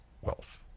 wealth